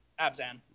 Abzan